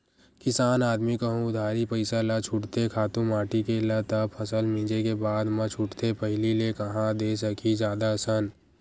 किसान आदमी कहूँ उधारी पइसा ल छूटथे खातू माटी के ल त फसल मिंजे के बादे म छूटथे पहिली ले कांहा दे सकही जादा असन